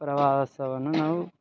ಪ್ರವಾಸವನ್ನು ನಾವು